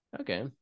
Okay